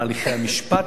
על הליכי המשפט,